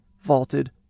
vaulted